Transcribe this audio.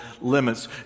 limits